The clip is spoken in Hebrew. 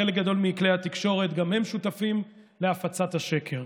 חלק גדול מכלי התקשורת גם הם שותפים להפצת השקר,